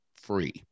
free